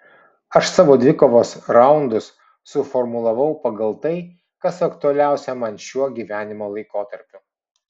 aš savo dvikovos raundus suformulavau pagal tai kas aktualiausia man šiuo gyvenimo laikotarpiu